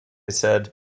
said